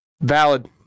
Valid